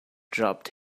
dropped